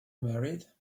married